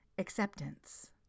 Acceptance